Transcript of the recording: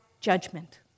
judgment